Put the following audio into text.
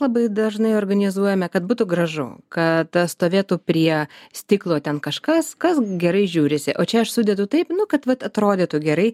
labai dažnai organizuojame kad būtų gražu kad stovėtų prie stiklo ten kažkas kas gerai žiūrisi o čia aš sudedu taip nu kad vat atrodytų gerai